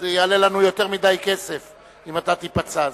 יעלה לנו יותר מדי כסף אם תיפצע.